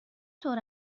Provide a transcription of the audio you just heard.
طور